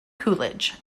coolidge